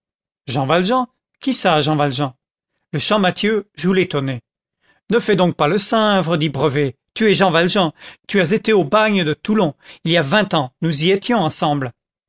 jean valjean qui ça jean valjean le champmathieu joue l'étonné ne fais donc pas le sinvre dit brevet tu es jean valjean tu as été au bagne de toulon il y a vingt ans nous y étions ensemble